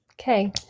Okay